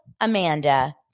Amanda